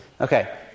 Okay